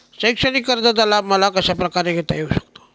शैक्षणिक कर्जाचा लाभ मला कशाप्रकारे घेता येऊ शकतो?